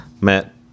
met